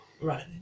Right